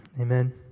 Amen